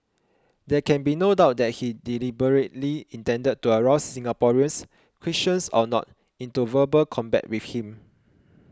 there can be no doubt that he deliberately intended to arouse Singaporeans Christians or not into verbal combat with him